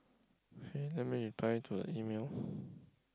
K let me reply to the email